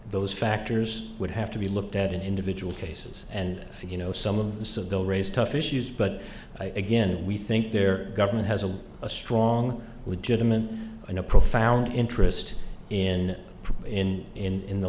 those factors would have to be looked at in individual cases and you know some of the so they'll raise tough issues but again we think their government has a strong legitimate and a profound interest in in in